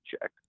check